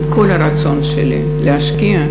עם כל הרצון שלי להשקיע,